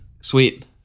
sweet